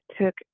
took